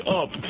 up